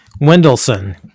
Wendelson